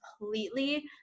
completely